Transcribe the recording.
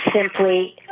simply